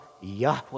Yahweh